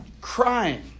crying